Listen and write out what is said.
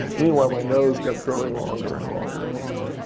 meanwhile, my nose kept growing longer and longer and longer.